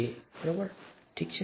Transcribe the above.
તે આ છે ઠીક છે